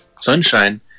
Sunshine